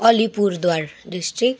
Alipurduar district